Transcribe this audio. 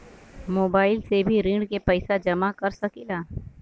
Mobile से भी ऋण के पैसा जमा कर सकी ला?